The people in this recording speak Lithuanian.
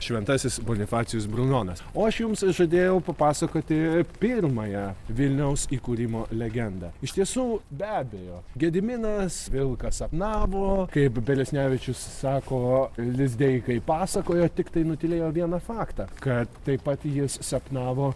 šventasis bonifacijus brunonas o aš jums žadėjau papasakoti pirmąją vilniaus įkūrimo legendą iš tiesų be abejo gediminas vilką sapnavo kaip belesnevičius sako lizdeikai pasakojo tiktai nutylėjo vieną faktą kad taip pat jis sapnavo